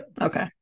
okay